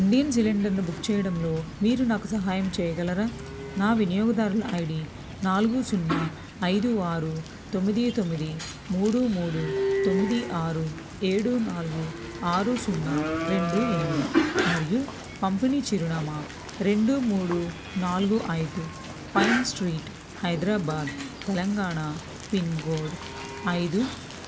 ఇండేన్ సిలిండర్ను బుక్ చేయడంలో మీరు నాకు సహాయం చేయగలరా నా వినియోగదారుల ఐ డి నాలుగు సున్నా ఐదు ఆరు తొమ్మిది తొమ్మిది మూడు మూడు తొమ్మిది ఆరు ఏడు నాలుగు ఆరు సున్నా రెండు ఎనిమిది మరియు పంపిణీ చిరునామా రెండు మూడు నాలుగు ఐదు Pine Street Hyderabad Telangana pin code ఐదు